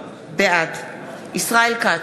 בעד ישראל כץ,